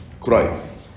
Christ